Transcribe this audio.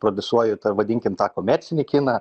prodiusuoju tą vadinkim tą komercinį kiną